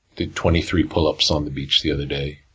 did twenty three pull-ups on the beach the other day.